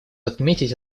отметить